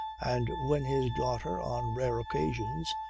and when his daughter, on rare occasions,